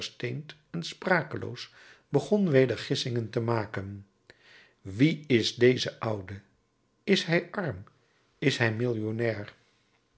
en sprakeloos begon weder gissingen te maken wie is deze oude is hij arm is hij millionair